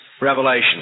revelation